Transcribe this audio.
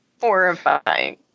Horrifying